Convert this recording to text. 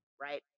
Right